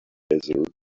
desert